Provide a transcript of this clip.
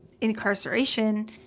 incarceration